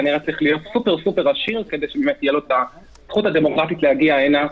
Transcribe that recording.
כנראה צריך להיות סופר עשיר כדי שתהיה לו הזכות הדמוקרטית להגיע הנה,